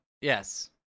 yes